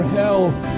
health